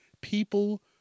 People